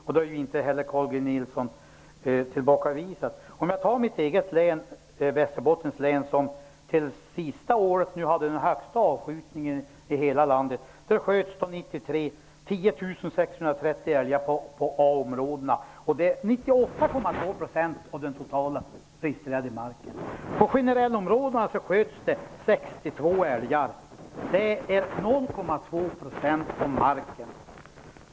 Det har inte heller älgar på a-områdena. Det är 98,2 % av den totala registrerade marken. På de generella områdena sköts det 62 älgar. Det är 0,2 % av jaktmarken.